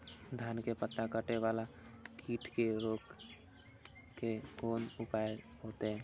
धान के पत्ता कटे वाला कीट के रोक के कोन उपाय होते?